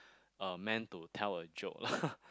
uh meant to tell a joke